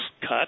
cut